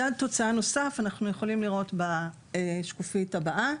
מדד תוצאה נוסף אנחנו יכולים לראות בשקופית הבאה.